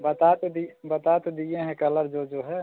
बता तो दिए बता तो दिए हैं कलर जो जो है